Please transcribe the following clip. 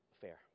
fair